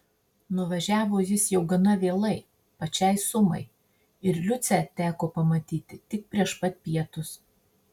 nuvažiavo jis jau gana vėlai pačiai sumai ir liucę teko pamatyti tik prieš pat pietus